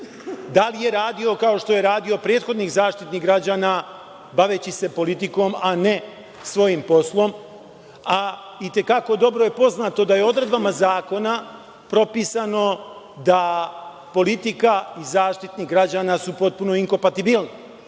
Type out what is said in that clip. da li je radio kao što je radio prethodni Zaštitnik građana, baveći se politikom a ne svojim poslom, a i te kako dobro je poznato da je odredbama Zakona propisano da politika i Zaštitnik građana su potpuno inkopatibilni,